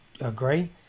agree